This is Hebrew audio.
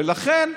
ולכן,